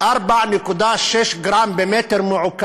4.6 גרם במ"ק,